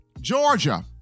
Georgia